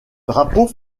drapeau